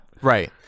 Right